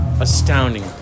Astounding